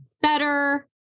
better